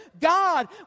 God